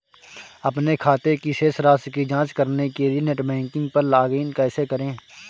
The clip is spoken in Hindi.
अपने खाते की शेष राशि की जांच करने के लिए नेट बैंकिंग पर लॉगइन कैसे करें?